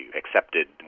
accepted